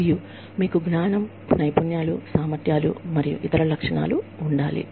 మరియు మీకు జ్ఞానం నైపుణ్యాలు సామర్థ్యాలు మరియు ఇతర లక్షణాలు ఉండాలి